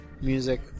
Music